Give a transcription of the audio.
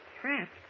Trapped